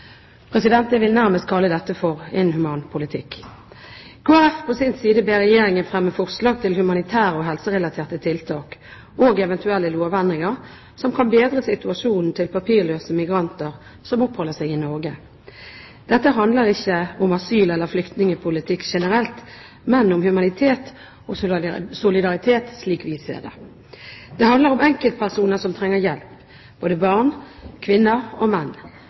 Jeg vil nærmest kalle dette for inhuman politikk. Kristelig Folkeparti på sin side ber Regjeringen fremme forslag til humanitære og helserelaterte tiltak og eventuelle lovendringer som kan bedre situasjonen til papirløse migranter som oppholder seg i Norge. Dette handler ikke om asyl- eller flyktningpolitikk generelt, men om humanitet og solidaritet, slik vi ser det. Det handler om enkeltpersoner som trenger hjelp, både barn, kvinner og menn.